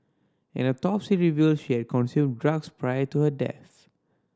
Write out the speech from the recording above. an autopsy revealed she had consumed drugs prior to her death